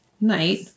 night